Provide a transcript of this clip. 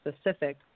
specific